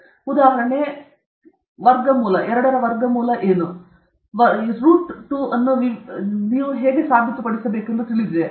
ಉದಾಹರಣೆಗೆ ರೂಟ್ 2 ಅನ್ನು ವಿವೇಚನೆಯಿಲ್ಲ ಎಂದು ನೀವು ಸಾಬೀತುಪಡಿಸಬೇಕೆಂದು ನಿಮಗೆ ತಿಳಿದಿದೆ